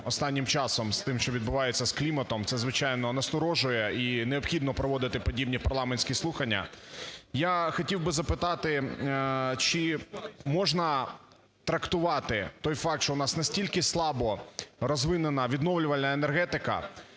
останнім часом з тим, що відбувається з кліматом, це, звичайно, насторожує, і необхідно проводити подібні парламентські слухання. Я хотів би запитати, чи можна трактувати той факт, що у нас настільки слабо розвинена відновлювальна енергетика